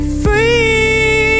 free